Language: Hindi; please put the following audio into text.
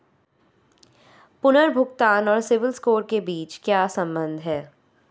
पुनर्भुगतान और सिबिल स्कोर के बीच क्या संबंध है?